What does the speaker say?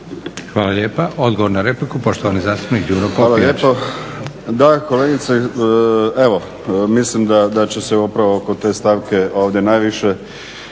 Hvala lijepa. Odgovor na repliku, poštovani zastupnik Đuro Popijač. **Popijač, Đuro (HDZ)** Hvala lijepa. Da kolegice, mislim da će se upravo oko te stavke ovdje najviše